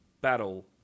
battle